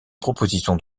proposition